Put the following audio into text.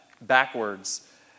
backwards